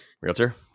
realtor